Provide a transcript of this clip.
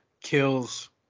kills